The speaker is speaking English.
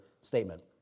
statement